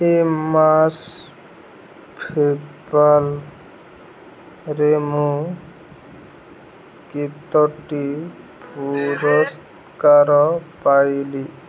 ଏ ମାସ ପେପାଲ୍ରେ ମୁଁ କେତୋଟି ପୁରସ୍କାର ପାଇଲି